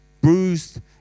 bruised